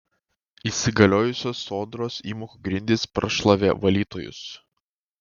įsigaliojusios sodros įmokų grindys prašlavė valytojus